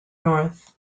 north